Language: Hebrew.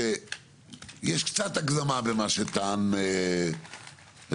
שיש קצת הגזמה במה שטען יוסי.